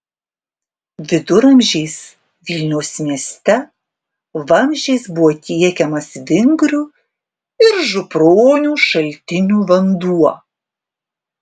viduramžiais vilniaus mieste vamzdžiais buvo tiekiamas vingrių ir župronių šaltinių vanduo